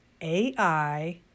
AI